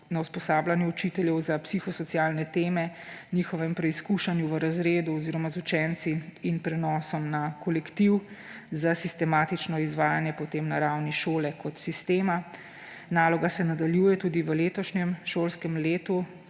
na usposabljanju učiteljev za psihosocialne teme, njihovem preizkušanju v razredu oziroma z učenci in prenosom na kolektiv za sistematično izvajanje na ravni šole kot sistema. Naloga se nadaljuje tudi v letošnjem šolskem letu,